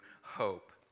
hope